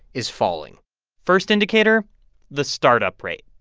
is falling first indicator the startup rate.